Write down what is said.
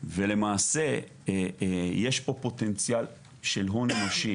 ולמעשה יש פה פוטנציאל של הון אנושי